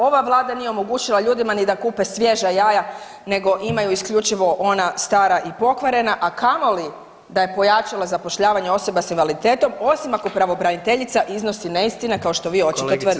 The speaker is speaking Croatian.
Ova Vlada nije omogućila ljudima ni da kupe svježa jaja nego imaju isključivo ona stara i pokvarena, a kamoli da je pojačala zapošljavanje osoba s invaliditetom, osim ako pravobraniteljica iznosi neistine, kao što vi očito tvrdite.